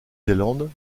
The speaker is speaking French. zélande